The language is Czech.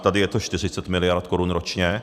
Tady je to 40 mld. korun ročně.